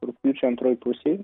rugpjūčio antroj pusėj